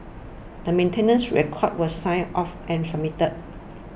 the maintenance records were signed off and submitted